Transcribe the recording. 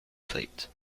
fleet